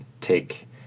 take